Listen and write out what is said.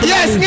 Yes